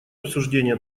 обсуждение